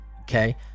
okay